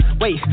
Wait